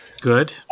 Good